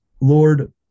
Lord